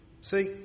See